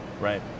Right